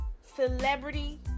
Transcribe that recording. celebrity